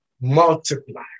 multiply